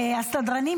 הסדרנים,